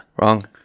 Wrong